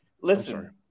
Listen